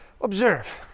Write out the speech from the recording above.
observe